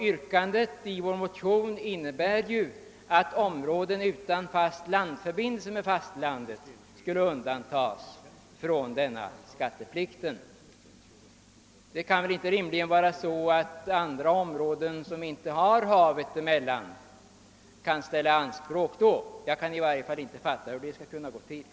Yrkandet i vår motion är att områden utan fast landförbindelse med fastlandet skulle undantas från denna skatteplikt. Och det är enbart dessa områden som drabbas av denna specialbeskattning. Detta undantag kan ju inte medföra att andra områden, som inte har havet mellan sig och fastlandet, kan ställa samma anspråk.